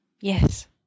Yes